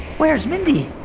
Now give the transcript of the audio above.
where's mindy?